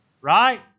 right